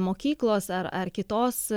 mokyklos ar ar kitos